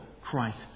Christ